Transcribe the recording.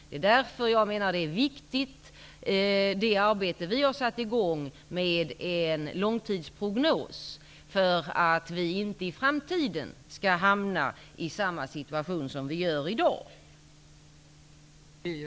Det arbete med en långtidsprognos vi har satt i gång är viktigt för att vi inte i framtiden skall hamna i samma situation som vi nu befinner oss i.